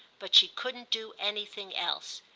but she couldn't do anything else.